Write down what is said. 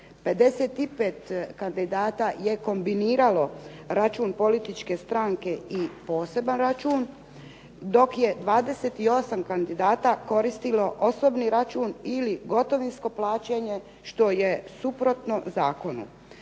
55 kandidata je kombiniralo račun političke stranke i poseban račun dok je 28 kandidata koristilo osobni račun ili gotovinsko plaćanje, što je suprotno zakonu.